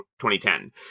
2010